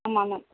ஆமாம் மேம்